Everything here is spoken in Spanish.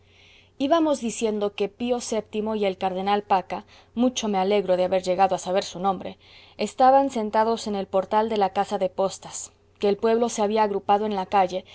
íbamos diciendo que pío vii y el cardenal pacca mucho me alegro de haber llegado a saber su nombre estaban sentados en el portal de la casa de postas que el pueblo se había agrupado en la calle